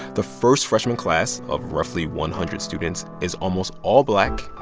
the first freshman class of roughly one hundred students is almost all black.